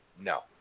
No